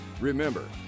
remember